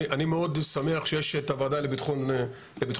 אני מאוד שמח שיש את הוועדה לביטחון הפנים.